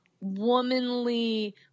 womanly